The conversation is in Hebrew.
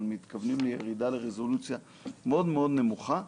אבל מתכוונים לירידה לרזולוציה מאוד מאוד נמוכה.